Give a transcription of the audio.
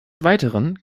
weiteren